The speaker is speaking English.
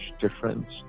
difference